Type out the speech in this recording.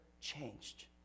changed